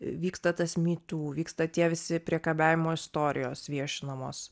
vyksta tas my tu vyksta tie visi priekabiavimo istorijos viešinamos